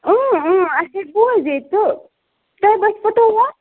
اۭں اۭں اَسہِ ہے بوٗزِیاے تہٕ تۄہہِ